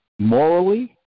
morally